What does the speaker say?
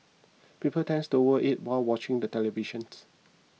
people tend to overeat while watching the televisions